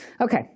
Okay